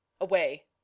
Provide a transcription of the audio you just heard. away